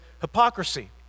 hypocrisy